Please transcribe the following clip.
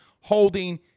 holding